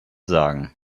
sagen